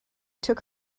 took